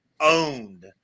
owned